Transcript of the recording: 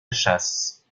chasse